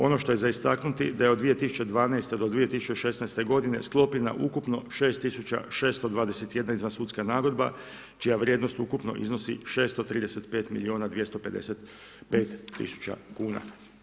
Ono što je za istaknuti, da je od 2012. do 2016. godine sklopljena ukupno 6621 izvansudska nagodba čija vrijednost ukupno iznosi 635 milijuna 255 tisuća kuna.